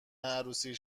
عروسی